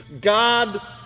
God